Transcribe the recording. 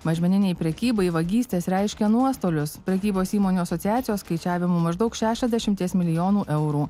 mažmeninei prekybai vagystės reiškia nuostolius prekybos įmonių asociacijos skaičiavimu maždaug šešiasdešimties milijonų eurų